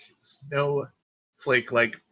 snowflake-like